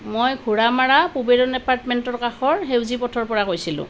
মই ঘোৰামৰা পূবেৰুণ এপাৰ্টমেণ্টৰ কাষৰ সেউজী পথৰ পৰা কৈছিলোঁ